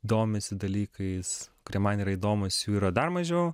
domisi dalykais kurie man yra įdomūs jų yra dar mažiau